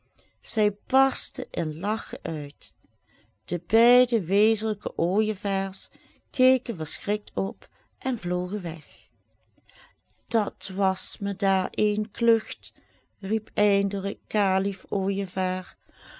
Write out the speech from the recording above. zij barstten in lagchen uit de beide wezenlijke ooijevaars keken verschrikt op en vlogen weg dat was me daar eene klucht riep eindelijk